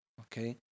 okay